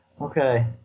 Okay